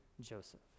Joseph